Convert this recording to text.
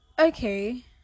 Okay